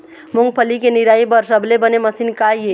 मूंगफली के निराई बर सबले बने मशीन का ये?